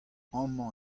amañ